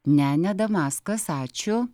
ne ne damaskas ačiū